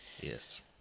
Yes